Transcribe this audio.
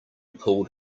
pulled